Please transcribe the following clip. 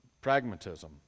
pragmatism